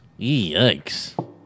yikes